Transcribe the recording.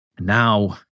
Now